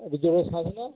আর একটু জোরে শ্বাস নিন